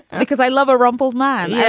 because i love a rumpled man, yeah